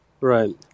Right